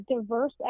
diverse